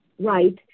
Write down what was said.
right